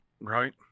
right